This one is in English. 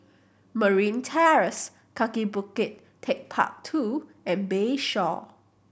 Marine Terrace Kaki Bukit Techpark Two and Bayshore